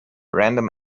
random